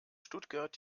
stuttgart